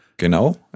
Genau